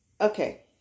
Okay